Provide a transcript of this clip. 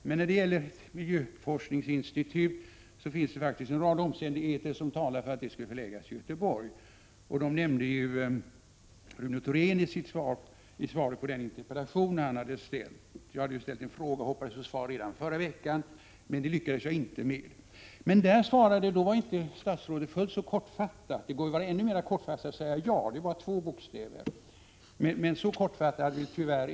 När det gäller miljöforskningsinstitutet finns det en rad omständigheter som talar för förläggning i Göteborg. De nämndes i interpellationssvaret till Rune Thorén — han hade interpellerat och jag hade ställt en fråga. Jag hoppades få svar redan i förra veckan, men det gick inte. I svaret på interpellationen var statsrådet inte fullt så kortfattad. Det går att vara ännu mera kortfattad än i svaret på min fråga och säga bara ja. Då blir det bara två bokstäver.